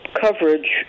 coverage